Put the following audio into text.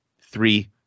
three